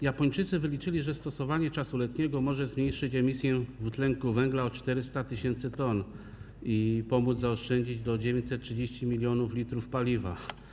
Japończycy wyliczyli, że stosowanie czasu letniego może zmniejszyć emisję dwutlenku węgla o 400 tys. t i pomóc zaoszczędzić do 930 mln l paliwa.